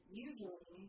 usually